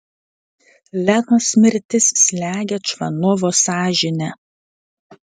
lenos mirtis slegia čvanovo sąžinę